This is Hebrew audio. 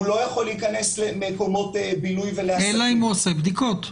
הוא לא יכול להיכנס למקומות בילוי --- אלא אם כן הוא עושה בדיקות.